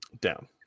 Down